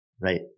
right